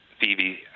Phoebe